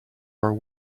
are